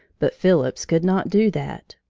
but phillips could not do that.